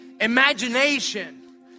imagination